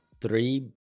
three